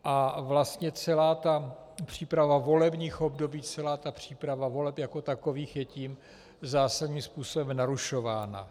A vlastně celá příprava volebních období, celá příprava voleb jako takových je tím zásadním způsobem narušována.